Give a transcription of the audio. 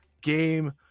Game